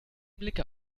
blinker